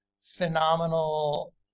phenomenal